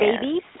babies